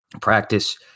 practice